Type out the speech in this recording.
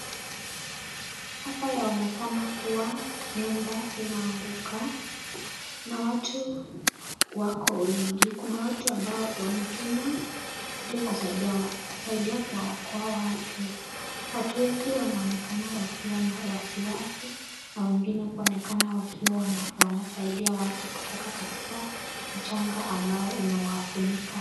Hapa yaonekana kuwa nyumba imeanguka na watu wako wengi. Kuna watu ambao wametumwa ili kusaidia kuwaokoa watu. Watu wengi wanaonekana wakiwa na wasiwasi na wengine kuonekana wakiwawanasidia watu kutoka katika janga ambao umewafunika.